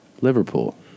Liverpool